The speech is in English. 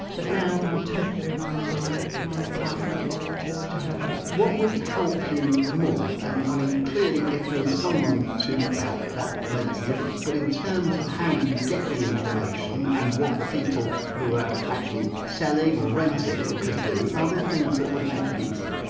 but now i'm totally reliant on my my partner and carer to to help me what would help you more and i mean clearly if there is someone to help that makes a difference but in terms of how you get the information and what the people who are actually selling or renting could do, are there things that would make it easier?